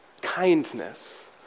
kindness